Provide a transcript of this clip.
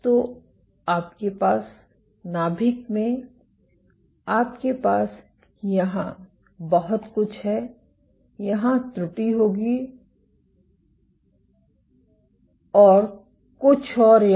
तो आपके पास नाभिक में आपके पास यहां बहुत कुछ है यहां त्रुटि होगी और कुछ और यहां